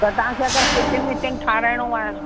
त तव्हांखे अगरि किचन विचन ठहारायइणो आहे